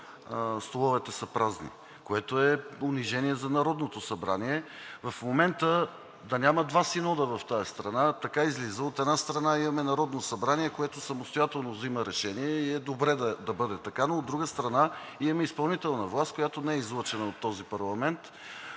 столовете са празни, което е унижение за Народното събрание. В момента да няма два синода в тази страна? Така излиза. От една страна, имаме Народното събрание, което самостоятелно взима решения и е добре да бъде така, но от друга страна, имаме изпълнителна власт, която не е излъчена от този парламент.